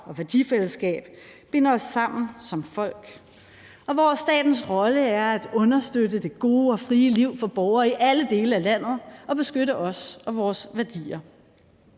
og værdifællesskab binder os sammen som folk, og hvor statens rolle er at understøtte det gode og frie liv for borgere i alle dele af landet og beskytte os og vores værdier.